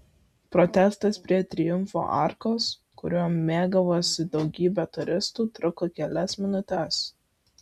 protestas prie triumfo arkos kuriuo mėgavosi daugybė turistų truko kelias minutes